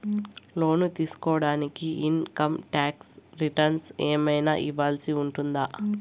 లోను తీసుకోడానికి income tax returns ఏమన్నా ఇవ్వాల్సి ఉంటుందా